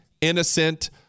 innocent